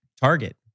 target